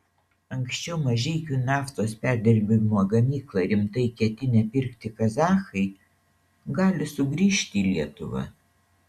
anksčiau mažeikių naftos perdirbimo gamyklą rimtai ketinę pirkti kazachai gali sugrįžti į lietuvą